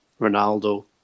Ronaldo